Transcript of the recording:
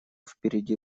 впереди